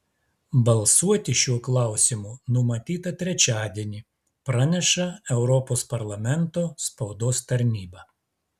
balsuoti šiuo klausimu numatyta trečiadienį praneša europos parlamento spaudos tarnyba